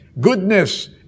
Goodness